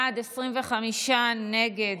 בעד, 25, נגד,